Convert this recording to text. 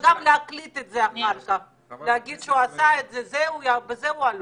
וגם להקליט את זה אחר כך ולהגיד שהוא עשה את זה - בזה הוא אלוף.